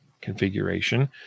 configuration